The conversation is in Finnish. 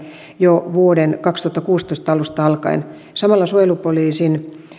jo vuoden kaksituhattakuusitoista alusta alkaen samalla suojelupoliisiin